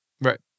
Right